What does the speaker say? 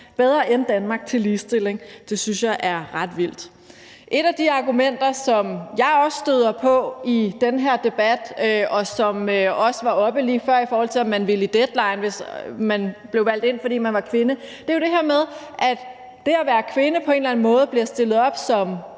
bedre end Danmark, når det gælder ligestilling. Det synes jeg er ret vildt. Noget af det, som jeg også støder på i den her debat, og som også var oppe lige før i spørgsmålet om, om man ville i Deadline, hvis man var blevet valgt ind, fordi man er kvinde, er det her med, at det at være kvinde på en eller anden måde bliver stillet op som